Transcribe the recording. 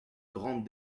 grandes